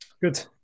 good